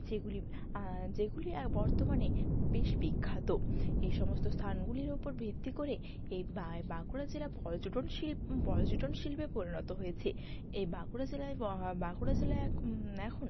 যেগুলি যেগুলি বর্তমানে বেশ বিখ্যাত এই সমস্ত স্থানগুলির ওপর ভিত্তি করে এই বায় বাঁকুড়া জেলার পর্যটন শিল পর্যটন শিল্পে পরিণত হয়েছে এই বাঁকুড়া জেলায় ব হাঁ বাঁকুড়া জেলায় এক এখন